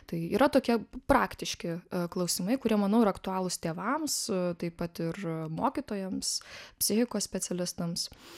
tai yra tokie praktiški klausimai kurie manau yra aktualūs tėvams taip pat ir mokytojams psichikos specialistams